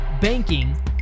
banking